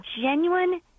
genuine